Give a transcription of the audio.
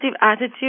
attitude